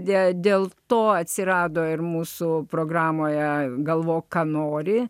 deja dėl to atsirado ir mūsų programoje galvok ką nori